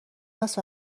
است